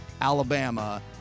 Alabama